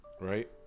right